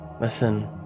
Listen